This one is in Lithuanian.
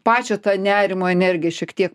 pačią tą nerimo energiją šiek tiek